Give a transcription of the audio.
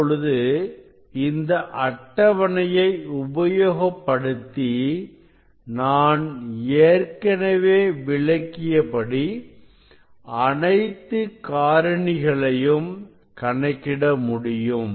இப்பொழுது இந்த அட்டவணையை உபயோகப்படுத்தி நான் ஏற்கனவே விளக்கியபடி அனைத்து காரணிகளையும் கணக்கிட முடியும்